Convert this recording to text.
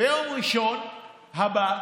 ביום ראשון הבא,